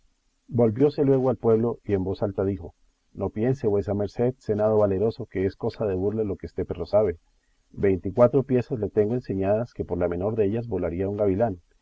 entrañas volvióse luego al pueblo y en voz alta dijo no piense vuesa merced senado valeroso que es cosa de burla lo que este perro sabe veinte y cuatro piezas le tengo enseñadas que por la menor dellas volaría un gavilán